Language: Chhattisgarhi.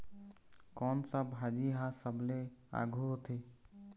कोन सा भाजी हा सबले आघु होथे?